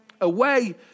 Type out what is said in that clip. away